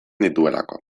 dituelako